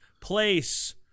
place